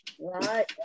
right